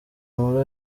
mula